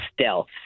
stealth